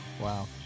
Wow